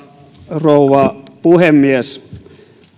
rouva puhemies